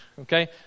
Okay